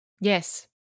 Yes